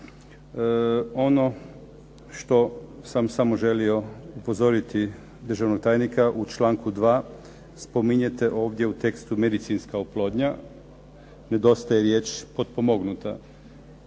Ono što sam samo želio upozoriti državnog tajnika u članku 2. spominjete ovdje u tekstu medicinska oplodnja. Nedostaje riječ potpomognuta.